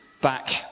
back